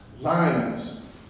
Lions